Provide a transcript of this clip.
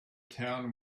town